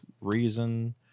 reason